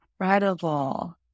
Incredible